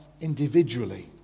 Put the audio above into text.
individually